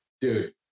dude